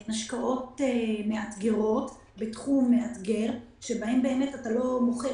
הן השקעות מאתגרות ותחום מאתגר שבהן אתה לא באמת מוכר